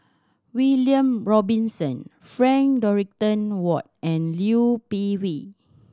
William Robinson Frank Dorrington Ward and Liu Peihe